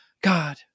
God